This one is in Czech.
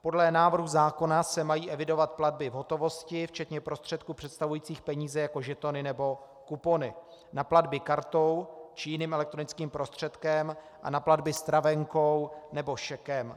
Podle návrhu zákona se mají evidovat platby v hotovosti včetně prostředků představujících peníze jako žetony nebo kupony, na platby kartou či jiným elektronických prostředkem a na platby stravenkou nebo šekem.